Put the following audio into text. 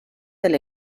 del